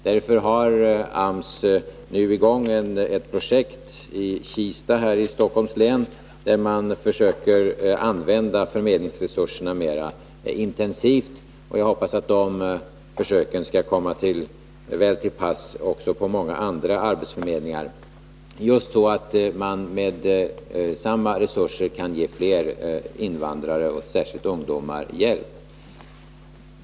Därför har AMS startat ett projekt i Kista i Stockholms län, där man försöker använda förmedlingsresurserna mer intensivt. Jag hoppas att de försöken skall sprida sig också till många andra arbetsförmedlingar, just därför att man med samma resurser kan ge fler ungdomar hjälp.